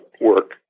work